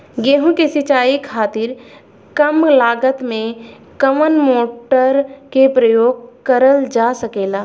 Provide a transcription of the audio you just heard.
गेहूँ के सिचाई खातीर कम लागत मे कवन मोटर के प्रयोग करल जा सकेला?